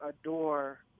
adore